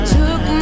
took